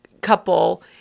couple